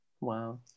Wow